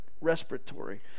respiratory